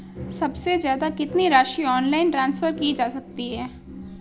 सबसे ज़्यादा कितनी राशि ऑनलाइन ट्रांसफर की जा सकती है?